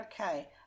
Okay